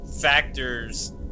factors